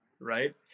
Right